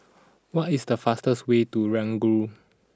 what is the fastest way to Ranggung